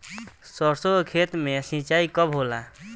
सरसों के खेत मे सिंचाई कब होला?